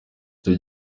icyo